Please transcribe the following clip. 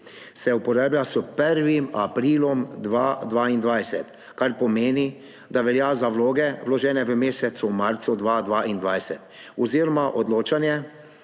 se uporablja s 1. aprilom 2022, kar pomeni, da velja za vloge, vložene v mesecu marcu 2022, oziroma odločanje